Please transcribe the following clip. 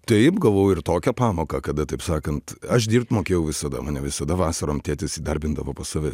taip gavau ir tokią pamoką kada taip sakant aš dirbt mokėjau visada mane visada vasarom tėtis įdarbindavo pas save